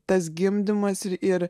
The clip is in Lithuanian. tas gimdymas ir ir